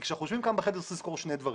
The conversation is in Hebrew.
כשאנחנו יושבים כאן בחדר, צריך לזכור שני דברים.